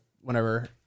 whenever